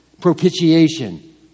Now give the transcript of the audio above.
propitiation